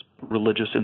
religious